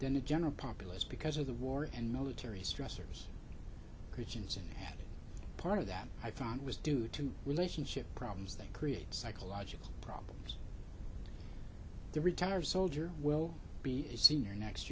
than the general populace because of the war and military stressors regions are part of that i found was due to relationship problems that create psychological problems the retired soldier will be a senior next